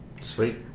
Sweet